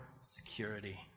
security